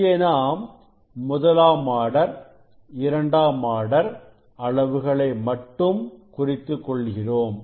இங்கே நாம் முதலாம் ஆர்டர் இரண்டாம் ஆர்டர் அளவுகளை மட்டும் குறித்துக் கொள்கிறோம்